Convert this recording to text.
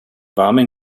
warmen